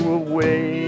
away